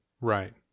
Right